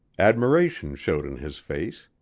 admiration showed in his face.